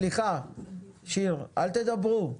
סליחה, שיר, אל תדברו.